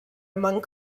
among